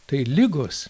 tai ligos